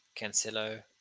Cancelo